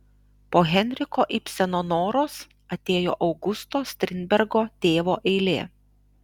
po henriko ibseno noros atėjo augusto strindbergo tėvo eilė